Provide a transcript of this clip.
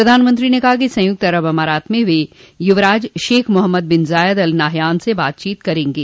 प्रधानमंत्री ने कहा कि संयुक्त अरब अमारात में व युवराज Sheikh Mohammed bin Zayed Al Nahyan से बातचीत करेंगे